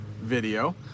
video